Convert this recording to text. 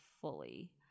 fully